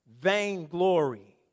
Vainglory